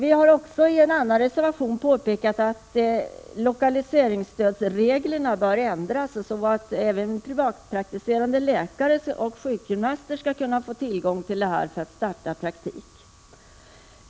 I en annan reservation har vi påpekat att lokaliseringsstödsreglerna bör ändras så att även privatpraktiserande läkare och sjukgymnaster skall kunna få tillgång till stöd för att starta praktik.